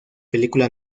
película